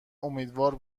امیدوار